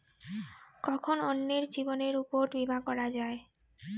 কখন অন্যের জীবনের উপর বীমা করা যায়?